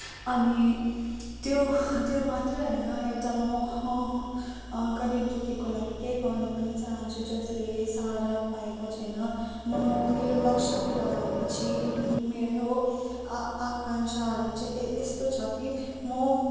अनि त्यो त्यो मात्रै होइन एउटा म गरिब दुःखीको लागि केही गर्न पनि चाहन्छु जसले साहारा पाएको छैन म मेरो लक्ष्य पुरा भएपछि मेरो आ आकाङ्क्षाहरू चाहिँ यस्तो छ कि म